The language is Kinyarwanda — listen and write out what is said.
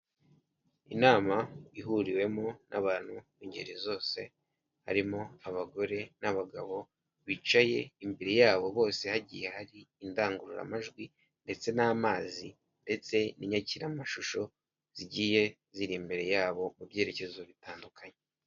Inama ihuriwemo n'abantu b'ingeri zose harimo abagore n'abagabo bicaye imbere yabo bose hagiye hari indangururamajwi ndetse n'amazi, ndetse n'inyakiramashusho zigiye ziri imbere yabo mu byerekezo bitandukanye.